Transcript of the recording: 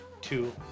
two